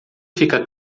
fica